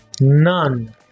None